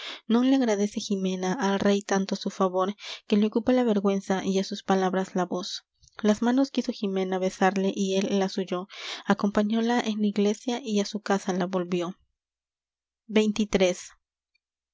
non le agradece jimena al rey tanto su favor que le ocupa la vergüenza y á sus palabras la voz las manos quiso jimena besarle y él las huyó acompañóla en la iglesia y á su casa la volvió